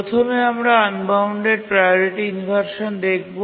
প্রথমে আমরা unbounded priority inversion দেখবো